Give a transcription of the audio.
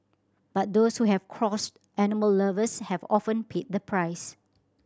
but those who have crossed animal lovers have often paid the price